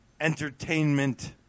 entertainment